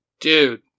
dude